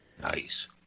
Nice